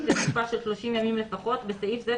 לתקופה רצופה של 30 ימים לפחות (בסעיף זה,